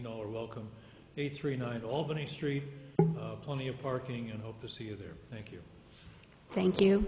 know or welcome a three night albany street plenty of parking and hope to see you there thank you thank you